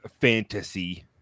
fantasy